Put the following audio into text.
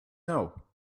know